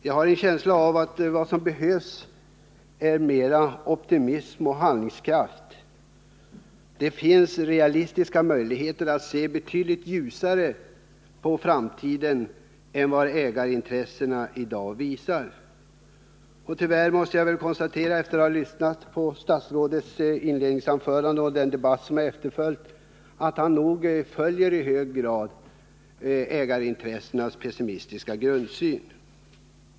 Jag har en känsla av att vad som behövs är mer av optimism och handlingskraft. Det finns realistiska förutsättningar för att se betydligt ljusare på framtiden än vad ägarintressena i dag visar. Efter att ha lyssnat på statsrådet Åslings inledningsanförande och den efterföljande debatten måste jag konstatera att statsrådet nog i hög grad följer ägarintressenas pessimistiska grundsyn.